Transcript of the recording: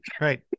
right